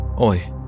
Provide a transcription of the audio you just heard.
Oi